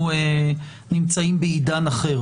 להציע הצעות קונקרטיות לשיפור החקיקה.